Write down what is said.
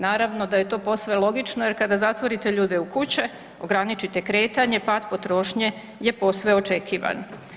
Naravno da je to posve logično jer kada zatvorite ljude u kuće, ograničite kretanje, pad potrošnje je posve očekivan.